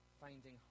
finding